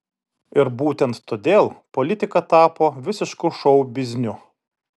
ir būtent todėl politika tapo visišku šou bizniu